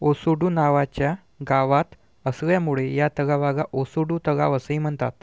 ओसुडू नावाच्या गावात असल्यामुळे या तलावाला ओसुडू तलाव असेही म्हणतात